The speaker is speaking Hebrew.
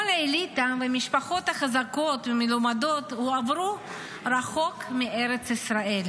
כל האליטה והמשפחות החזקות והמלומדות הועברו רחוק מארץ ישראל,